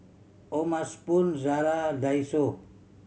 O'ma Spoon Zara Daiso